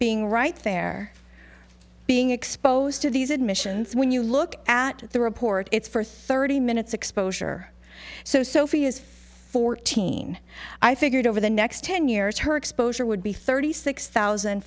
being right there being exposed to these admissions when you look at the report it's for thirty minutes exposure so sophie is fourteen i figured over the next ten years her exposure would be thirty six thousand